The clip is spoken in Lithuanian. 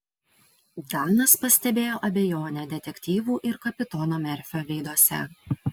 danas pastebėjo abejonę detektyvų ir kapitono merfio veiduose